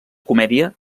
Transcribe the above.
comèdia